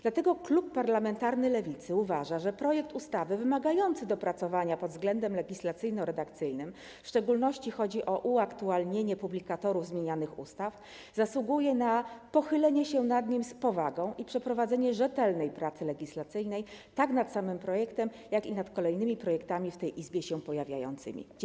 Dlatego klub parlamentarny Lewicy uważa, że projekt ustawy wymagający dopracowania pod względem legislacyjno-redakcyjnym - w szczególności chodzi o uaktualnienie publikatorów zmienianych ustaw - zasługuje na pochylenie się nad nim z powagą i przeprowadzenie rzetelnej pracy legislacyjnej tak nad samym projektem, jak i nad kolejnymi projektami pojawiającymi się w tej Izbie.